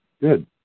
good